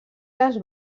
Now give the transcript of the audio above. les